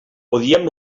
odiem